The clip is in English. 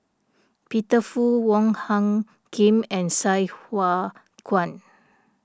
Peter Fu Wong Hung Khim and Sai Hua Kuan